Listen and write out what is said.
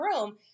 room